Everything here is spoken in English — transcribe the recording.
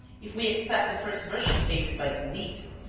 if we accept the first version favoured by the police.